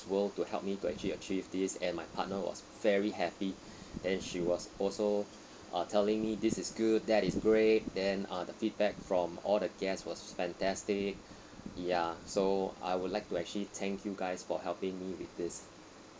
world to help me to actually achieve this and my partner was very happy then she was also uh telling me this is good that is great then uh the feedback from all the guess was fantastic ya so I would like to actually thank you guys for helping me with this